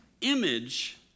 image